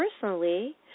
personally